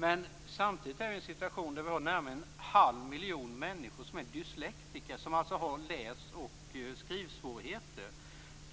Men samtidigt är vi i en situation där vi har närmare en halv miljon människor som är dyslektiker, som alltså har läs och skrivsvårigheter.